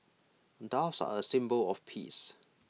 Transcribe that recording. doves are A symbol of peace